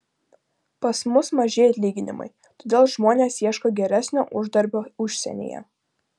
pas mus maži atlyginimai todėl žmonės ieško geresnio uždarbio užsienyje